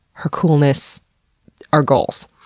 her coolness are goals.